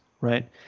Right